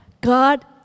God